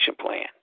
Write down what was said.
plan